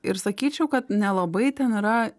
ir sakyčiau kad nelabai ten yra